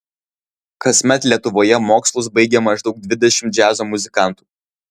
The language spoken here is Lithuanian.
kasmet lietuvoje mokslus baigia maždaug dvidešimt džiazo muzikantų